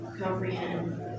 comprehend